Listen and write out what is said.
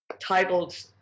titled